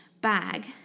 bag